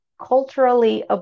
culturally